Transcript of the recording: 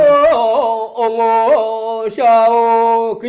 o so o